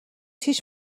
هیچ